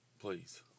Please